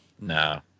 no